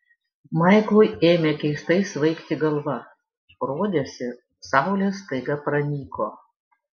maiklui ėmė keistai svaigti galva rodėsi saulė staiga pranyko